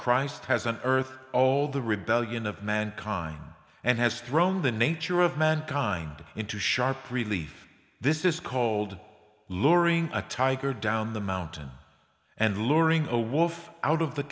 christ has an earth all the rebellion of mankind and has thrown the nature of mankind into sharp relief this is called luring a tiger down the mountain and luring a wolf out of the